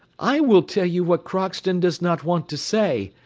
i will tell you what crockston does not want to say.